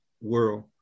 world